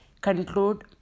conclude